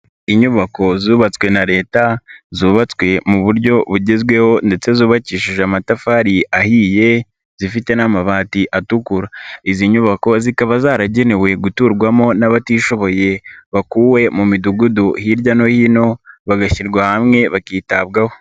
Inyubako zubatswe na Leta, zubatswe mu buryo bugezweho ndetse zubakishije amatafari ahiye, zifite n'amabati atukura, izi nyubako zikaba zaragenewe guturwamo n'abatishoboye, bakuwe mu midugudu hirya no hino, bagashyirwa hamwe bakitabwaho.